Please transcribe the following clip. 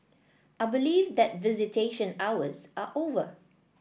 I believe that visitation hours are over